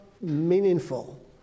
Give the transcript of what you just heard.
meaningful